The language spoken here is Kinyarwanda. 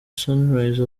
sunrise